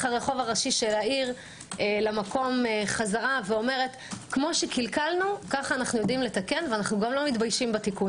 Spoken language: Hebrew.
חוזרת למקום ואומרת: כמו שקלקלנו - כך אנו יודעים לתקן ולא מתביישים בו.